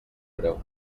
breu